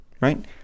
right